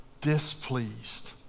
displeased